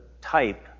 type